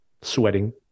sweating